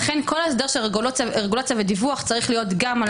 לכן כל הסדר של רגולציה ודיווח צריך להיות גם על